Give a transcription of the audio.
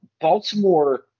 Baltimore